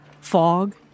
fog